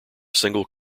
single